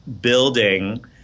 building